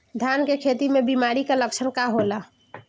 धान के खेती में बिमारी का लक्षण का होला?